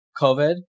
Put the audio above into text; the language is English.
COVID